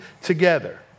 together